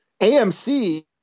AMC